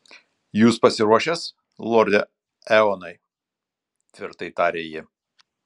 jūs pasiruošęs lorde eonai tvirtai tarė ji